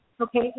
Okay